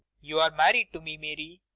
you're married to me, mary.